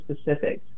specifics